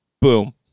Boom